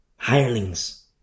Hirelings